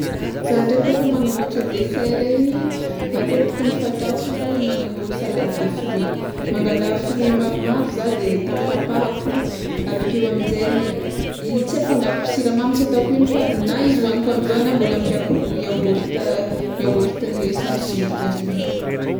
Zah ndraiky kôfa magnamboatra desera igny matetiky ny fataoko magnagno salade de fruit, mangala fruit maromaro zah de tapitapahiko, avekeo aminjegny, tsy afangaroko siramamy tsy ataoko ino fa na izy hoaniko amizao na mbola ampiàko yaorta yaorta le sans sucre regny.